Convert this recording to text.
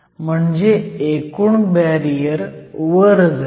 म्हणजे एकूण बॅरियर वर जाईल